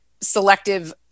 selective